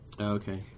Okay